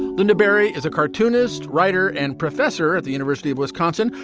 the newbery is a cartoonist, writer and professor at the university of wisconsin.